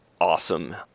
awesome